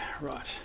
Right